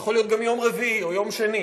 זה יכול להיות גם יום רביעי או יום שני,